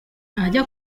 ajya